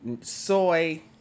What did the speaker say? soy